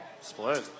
Split